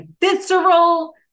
visceral